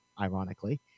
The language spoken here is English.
Ironically